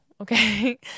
Okay